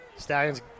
Stallions